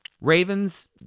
Ravens